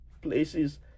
places